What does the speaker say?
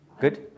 Good